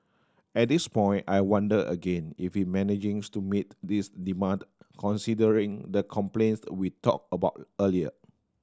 at this point I wonder again if he managing's to meet these demand considering the complaints we talked about earlier